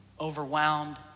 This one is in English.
overwhelmed